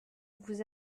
vous